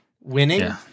winning